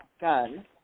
gun